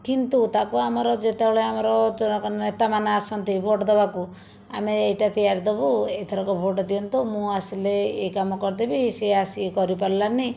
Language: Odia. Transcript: କିନ୍ତୁ ତାକୁ ଆମର ଯେତେବେଳେ ଆମର ନେତାମାନେ ଆସନ୍ତି ଭୋଟ ଦେବାକୁ ଆମେ ଏହିଟା ତିଆରି ଦେବୁ ଏହିଥରକ ଭୋଟ ଦିଅନ୍ତୁ ମୁଁ ଆସିଲେ ଏହି କାମ କରିଦେବି ସିଏ ଆସିକି କରିପାରିଲାନି